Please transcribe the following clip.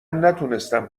نتونستم